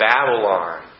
Babylon